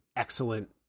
excellent